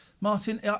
martin